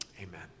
amen